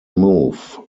move